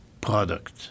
product